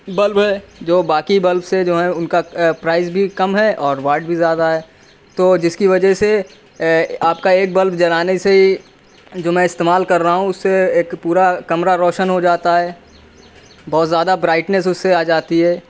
bulb ہے جو باقی بلب سے جو ہے ان کا پرائز بھی کم ہے اور واٹ بھی زیادہ ہے تو جس کی وجہ سے آپ کا ایک بلب جلانے سے ہی جو میں استعما ل کر رہا ہوں اس سے ایک پورا کمرہ روشن ہو جاتا ہے بہت زیادہ برائٹنیس اس سے آ جاتی ہے